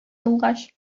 булгач